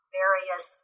various